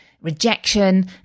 rejection